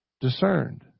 discerned